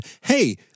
hey